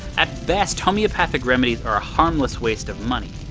at best, homeopathic remedies are a harmless waste of money.